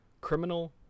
criminal